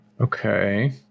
Okay